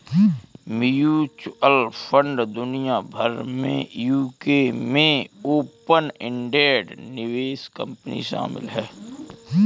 mutual fund दुनिया भर में यूके में ओपन एंडेड निवेश कंपनी शामिल हैं